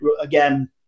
again